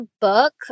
book